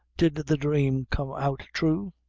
did the dhrame come out thrue?